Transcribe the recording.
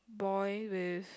boy with